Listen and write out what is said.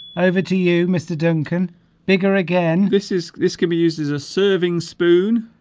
over to you mr. duncan bigger again this is this could be used as a serving spoon